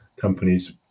companies